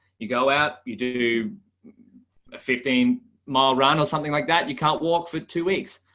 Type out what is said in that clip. you go out you do a fifteen mile run or something like that. you can't walk for two weeks.